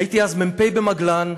הייתי אז מ"פ במגלן,